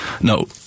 No